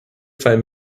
five